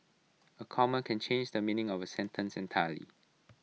A comma can change the meaning of A sentence entirely